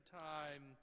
time